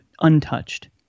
untouched